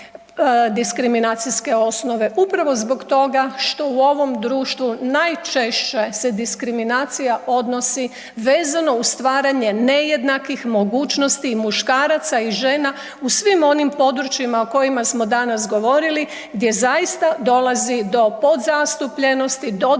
diskriminacijske osnove? Upravo zbog toga što u ovom društvu najčešće se diskriminacija odnosi vezano uz stvaranje nejednakih mogućnosti muškaraca i žena u svim onim područjima o kojima smo danas govorili gdje zaista dolazi do podzastupljenosti, do